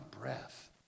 breath